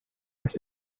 was